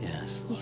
Yes